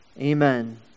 Amen